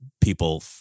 people